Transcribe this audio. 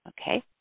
Okay